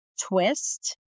twist